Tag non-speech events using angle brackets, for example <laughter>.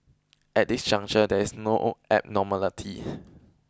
at this juncture there is no <unintelligible> abnormality